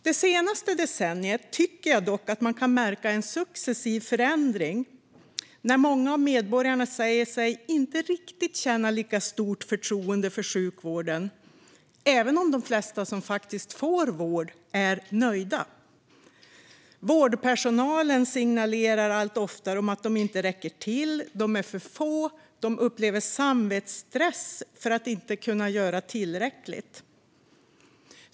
Det senaste decenniet tycker jag dock att man har märkt en successiv förändring när många av medborgarna säger sig inte riktigt känna lika stort förtroende för sjukvården, även om de flesta som faktiskt får vård är nöjda. Vårdpersonalen signalerar allt oftare att de inte räcker till. De är för få, och de upplever samvetsstress i form av att de inte kan göra tillräckligt.